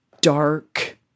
dark